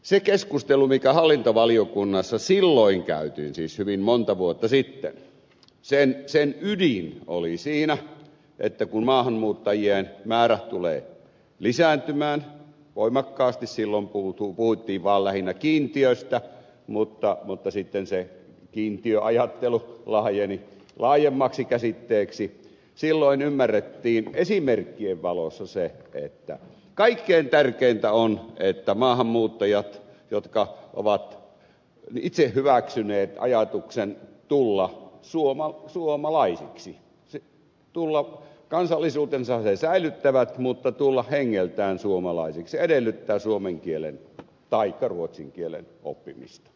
sen keskustelun mikä hallintovaliokunnassa silloin käytiin siis hyvin monta vuotta sitten ydin oli siinä että kun maahanmuuttajien määrä tulee lisääntymään voimakkaasti silloin puhuttiin vaan lähinnä kiintiöstä mutta sitten se kiintiöajattelu laajeni laajemmaksi käsitteeksi silloin ymmärrettiin esimerkkien valossa se että kaikkein tärkeintä on että kun maahanmuuttajat ovat itse hyväksyneet ajatuksen tulla suomalaisiksi kansallisuutensa he säilyttävät mutta tulla hengeltään suomalaisiksi se edellyttää suomen kielen taikka ruotsin kielen oppimista